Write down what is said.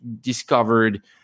discovered